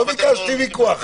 לא ביקשתי ויכוח.